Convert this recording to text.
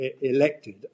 elected